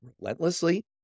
relentlessly